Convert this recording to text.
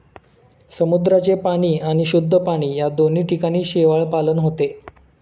समुद्राचे पाणी आणि शुद्ध पाणी या दोन्ही ठिकाणी शेवाळपालन होते